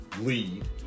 lead